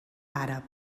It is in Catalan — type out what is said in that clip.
àrab